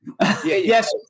Yes